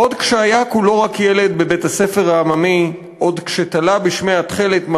// עוד כשהיה כולו רק ילד / בבית-הספר העממי / עוד כשתלה בשמי התכלת /